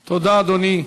תודה, אדוני.